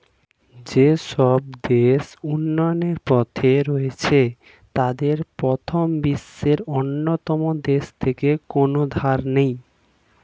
যেসব দেশ উন্নয়নের পথে রয়েছে তাদের প্রথম বিশ্বের অন্যান্য দেশ থেকে কোনো ধার নেই